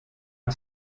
hat